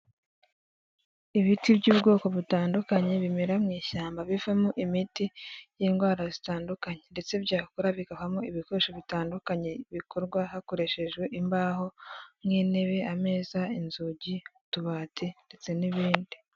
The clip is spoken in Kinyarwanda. Ibiti by'ubwoko butandukanye bimera mu ishyamba bivamo imiti y'indwara zitandukanye ndetse byakora bigavamo ibikoresho bitandukanye bikorwa hakoreshejwe imbaho n'intebe, ameza, inzugi ,utubati ndetse n'ibindi.